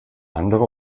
andere